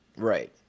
Right